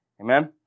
Amen